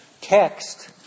text